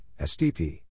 STP